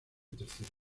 tercer